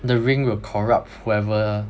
the ring will corrupt whoever